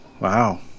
Wow